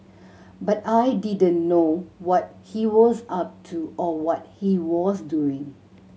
but I didn't know what he was up to or what he was doing